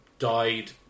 died